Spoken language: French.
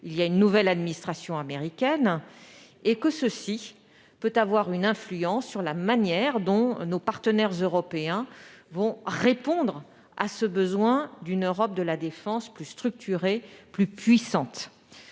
d'une nouvelle administration américaine et l'influence que cela peut avoir sur la manière dont nos partenaires européens vont répondre à ce besoin d'une Europe de la défense plus structurée et plus puissante.